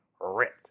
ripped